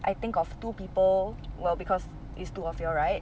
I think of two people well because it's two of you all right